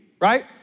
right